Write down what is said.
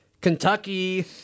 Kentucky